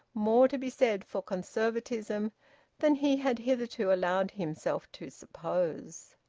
more to be said for conservatism than he had hitherto allowed himself to suppose.